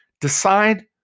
Decide